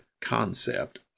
concept